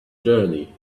journey